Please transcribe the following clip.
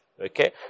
Okay